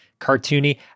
cartoony